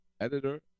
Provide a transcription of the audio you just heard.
editor